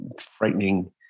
frightening